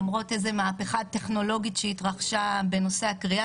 למרות איזו מהפכה טכנולוגית שהתרחשה בנושא הקריאה